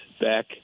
back